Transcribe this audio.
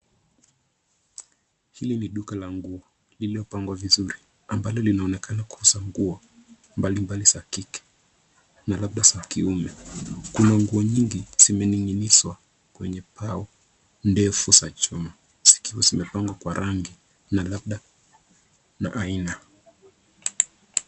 Hili ni duka la nguo lililopangwa vizuri, ambalo linaonekana kuuza nguo mbali mbali za kike, na labda za kiume. Kuna nguo nyingi zimening'inizwa kwenye bao ndefu za chuma zikiwa zimepangwa kwa rangi na labda aina.